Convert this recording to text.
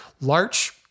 larch